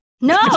No